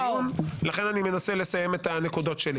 לכן אני מנסה לסיים את הנקודות שלי.